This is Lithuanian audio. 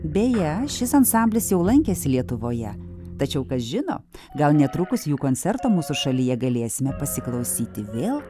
beje šis ansamblis jau lankėsi lietuvoje tačiau kas žino gal netrukus jų koncerto mūsų šalyje galėsime pasiklausyti vėl